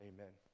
Amen